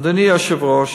אדוני היושב-ראש,